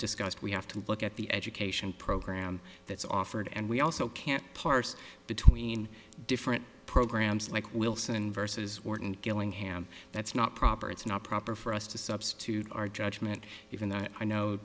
discussed we have to look at the education program that's offered and we also can't parse between different programs like wilson versus wharton gillingham that's not proper it's not proper for us to substitute our judgment even though i know